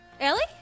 Ellie